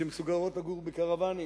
שמסוגלות לגור בקרוונים,